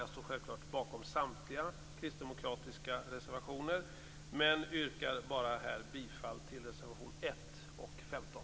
Jag står självfallet bakom samtliga kristdemokratiska reservationer men yrkar här bara bifall till reservation 1 och 15.